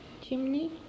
chimney